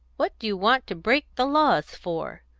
what do you want to break the laws for,